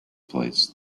place